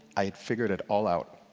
i had figured it all out.